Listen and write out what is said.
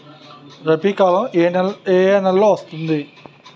రబీ కాలం ఏ ఏ నెలలో వస్తుంది?